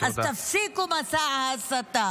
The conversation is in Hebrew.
אז תפסיקו את מסע ההסתה.